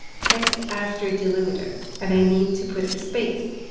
text after delimiter, and i need to put a space.